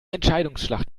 entscheidungsschlacht